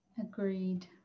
Agreed